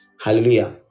hallelujah